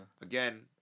Again